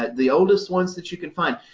ah the oldest ones that you can find.